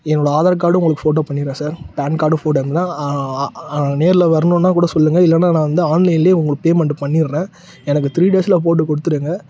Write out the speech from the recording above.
என்னோடய ஆதார் கார்டு உங்களுக்கு ஃபோட்டோ பண்ணிடுறேன் சார் பேன் கார்டும் ஃபோட்டோ அனுப்பினா அ நேரில்வரணும்னா கூட சொல்லுங்கள் இல்லைனா நான் வந்து ஆன்லைன்லேயே உங்களுக்கு பேமண்ட் பண்ணிடுறேன் எனக்கு த்ரீ டேஸுல போட்டு கொடுத்துருங்க